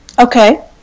Okay